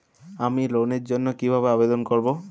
আমি লোনের জন্য কিভাবে আবেদন করব?